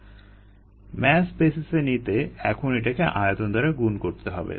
mass basis এ নিতে এখন এটাকে আয়তন দ্বারা গুণ করতে হবে